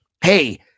hey